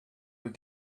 were